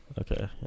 Okay